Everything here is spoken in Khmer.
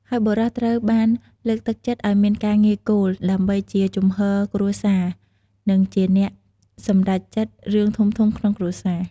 ហើយបុរសត្រូវបានលើកទឹកចិត្តឱ្យមានការងារគោលដើម្បីជាចំហគ្រួសារ និងជាអ្នកសម្រេចចិត្តរឿងធំៗក្នុងគ្រួសារ។